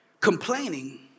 Complaining